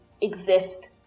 exist